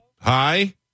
Hi